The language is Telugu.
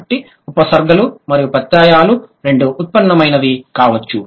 కాబట్టి ఉపసర్గలు మరియు ప్రత్యయాలు రెండూ ఉత్పన్నమైనవి కావచ్చు